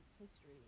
history